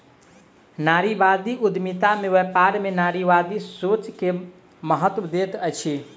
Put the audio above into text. नारीवादी उद्यमिता में व्यापार में नारीवादी सोच के महत्त्व दैत अछि